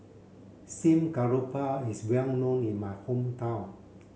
steamed Garoupa is well known in my hometown